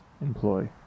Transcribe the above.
employ